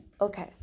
okay